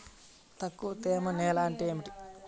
తక్కువ తేమ నేల అంటే ఏమిటి?